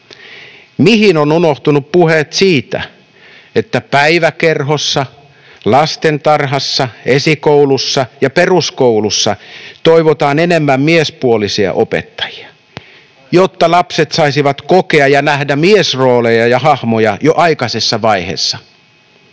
Mihin ovat unohtuneet puheet siitä, että päiväkerhossa, lastentarhassa, esikoulussa ja peruskoulussa toivotaan olevan enemmän miespuolisia opettajia, jotta lapset saisivat kokea ja nähdä miesrooleja ja ‑hahmoja jo aikaisessa vaiheessa?